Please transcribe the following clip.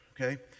Okay